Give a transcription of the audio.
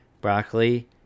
broccoli